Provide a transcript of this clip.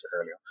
earlier